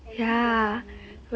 and we need the money